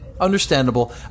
Understandable